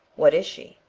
what is she?